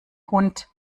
hund